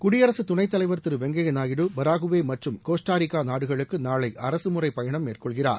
குடியரசு துணைத் தலைவர் திரு வெங்கைய நாயுடு பராகுவே மற்றும் கோஸ்டாரிக்கா நாடுகளுக்கு நாளை அரசுமுறை பயணம் மேற்கொள்கிறார்